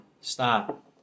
Stop